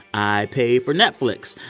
i pay for netflix.